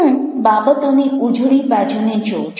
હું બાબતોની ઉજળી બાજુને જોઉં છું